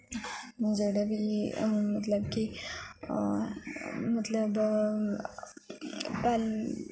जेह्ड़े बी मतलब कि मतलब पैह्ले